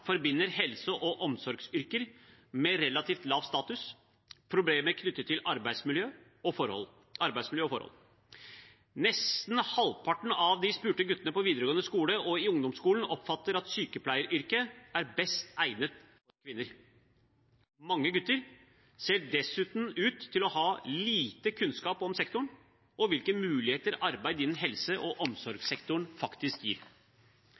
forbinder helse- og omsorgsyrker med relativt lav status, problemer knyttet til arbeidsmiljø og -forhold. Nesten halvparten av de spurte guttene på videregående skole og i ungdomsskolen oppfatter at sykepleieryrket er best egnet for kvinner. Mange gutter ser dessuten ut til å ha lite kunnskap om sektoren og hvilke muligheter arbeid innenfor helse- og omsorgssektoren faktisk gir.